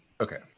okay